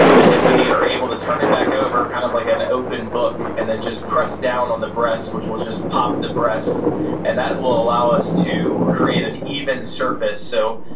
and then we are able to turn it back over kind of like an open book, and then just press down on the breast, which will just pop the breast and that will allow us to create an even surface so,